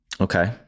okay